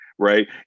Right